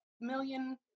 million